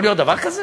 יכול להיות דבר כזה?